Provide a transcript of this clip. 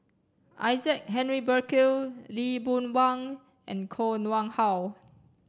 Isaac Henry Burkill Lee Boon Wang and Koh Nguang How